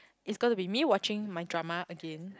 it's gonna be me watching my drama again